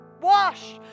Wash